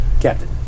Captain